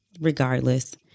regardless